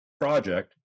project